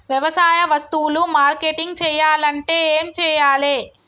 వ్యవసాయ వస్తువులు మార్కెటింగ్ చెయ్యాలంటే ఏం చెయ్యాలే?